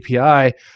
API